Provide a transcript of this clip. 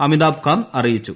അമിതാഭ് കാന്ത് അറിയിച്ചു